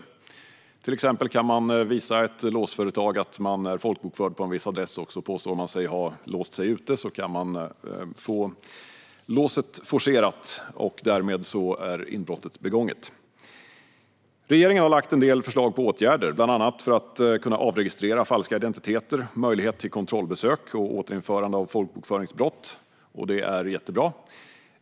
Om man till exempel kan visa ett låsföretag att man är folkbokförd på en viss adress och påstår att man har låst sig ute kan man få låset forcerat, och därmed är inbrottet begånget. Regeringen har lagt fram en del förslag på åtgärder som bland annat innebär möjlig avregistrering av falska identiteter, möjlighet till kontrollbesök och återinförande av rubriceringen bokföringsbrott. Det är jättebra.